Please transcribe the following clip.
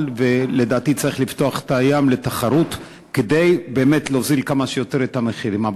ולדעתי צריך לפתוח את הים לתחרות כדי להוריד כמה שיותר את המחירים.